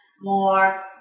more